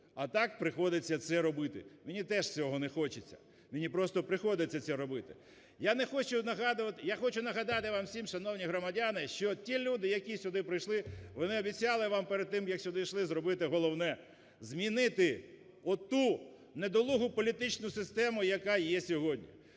А так приходиться це робити. Мені теж цього не хочеться, мені просто приходиться це робити. Я не хочу нагадувати… Я хочу нагадати вам всім, шановні громадяни, що ті люди, які сюди прийшли, вони обіцяли вам перед тим, як сюди йшли, зробити головне – змінити оту недолугу політичну систему, яка є сьогодні,